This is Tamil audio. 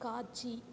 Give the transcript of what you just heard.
காட்சி